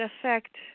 affect